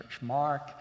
Mark